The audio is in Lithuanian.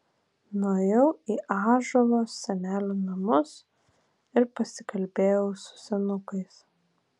nuėjau į ąžuolo senelių namus ir pasikalbėjau su senukais